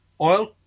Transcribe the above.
oil